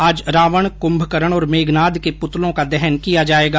आज रावण कुम्मकरण और मेघनाथ के पुतलों का दहन किया जायेगा